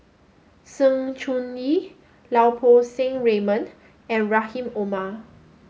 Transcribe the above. Sng Choon Yee Lau Poo Seng Raymond and Rahim Omar